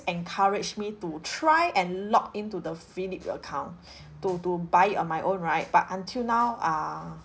encourage me to try and log into the phillips account to to buy it on my own right but until now uh